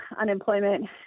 unemployment